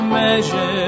measure